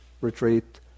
retreat